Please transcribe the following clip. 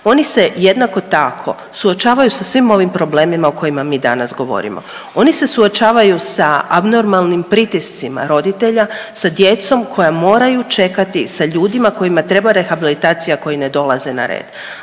Oni se jednako tako suočavaju sa svim ovi problemima o kojima mi danas govorimo. Oni se suočavaju sa abnormalnim pritiscima roditelja sa djecom koja moraju čekati sa ljudima kojima treba rehabilitacija koji ne dolaze na red.